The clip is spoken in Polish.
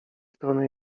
stronę